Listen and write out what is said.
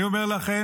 אני אומר לכם,